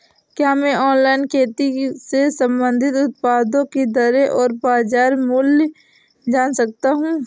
क्या मैं ऑनलाइन खेती से संबंधित उत्पादों की दरें और बाज़ार मूल्य जान सकता हूँ?